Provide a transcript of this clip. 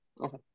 okay